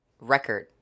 record